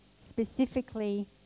specifically